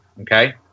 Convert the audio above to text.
Okay